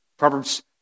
Proverbs